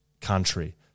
country